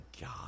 God